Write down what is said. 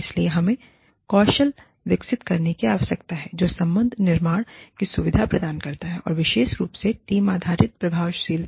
इसलिए हमें कौशल विकसित करने की आवश्यकता है जो संबंध निर्माण की सुविधा प्रदान करता है और विशेष रूप से टीम आधारित प्रभावशीलता